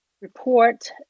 report